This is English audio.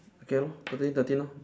okay lor total thirteen lor